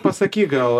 pasakyk gal